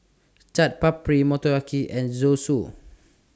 Chaat Papri Motoyaki and Zosui